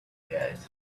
guys